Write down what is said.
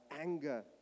anger